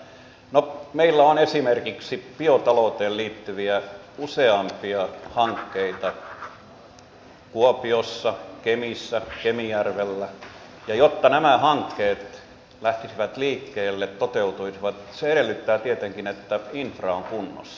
no meillä on esimerkiksi biotalouteen liittyviä useampia hankkeita kuopiossa kemissä kemijärvellä ja jotta nämä hankkeet lähtisivät liikkeelle toteutuisivat se edellyttää tietenkin että infra on kunnossa